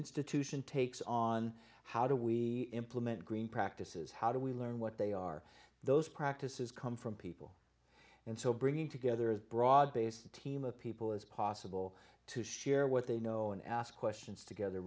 institution takes on how do we implement green practices how do we learn what they are those practices come from people and so bringing together as broad based a team of people as possible to share what they know and ask questions together